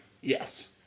Yes